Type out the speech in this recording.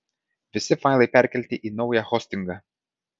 visi failai perkelti į naują hostingą